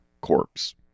corpse